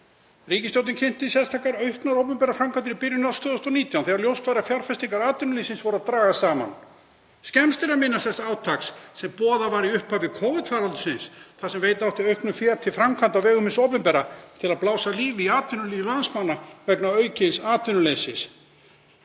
Ríkisstjórnin kynnti sérstakar auknar opinberar framkvæmdir í byrjun árs 2019 þegar ljóst var að fjárfestingar atvinnulífsins voru að dragast saman. Skemmst er að minnast þess átaks sem boðað var í upphafi Covid-faraldursins þar sem veita átti aukið fé til framkvæmda á vegum hins opinbera til að blása lífi í atvinnulíf landsmanna vegna aukins atvinnuleysis.